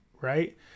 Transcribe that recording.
right